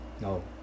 No